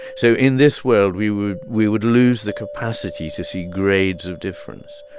so in this world, we would we would lose the capacity to see grades of difference.